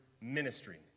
ministry